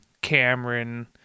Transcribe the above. Cameron